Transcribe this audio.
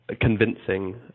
convincing